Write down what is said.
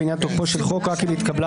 בעניין תוקפו של חוק רק אם התקבלה